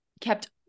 kept